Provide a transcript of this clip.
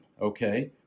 okay